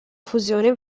fusione